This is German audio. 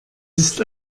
ist